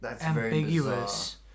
ambiguous